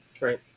Right